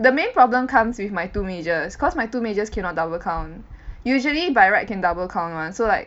the main problem comes with my two majors cause my two majors cannot double count usually by right can double count [one] so like